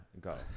go